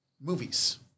movies